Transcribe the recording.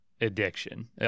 addiction